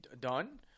done